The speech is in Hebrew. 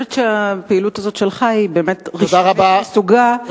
הפעילות הזאת שלך כיו"ר היא באמת ראשונית מסוגה,